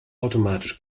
automatisch